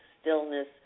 stillness